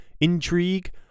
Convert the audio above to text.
intrigue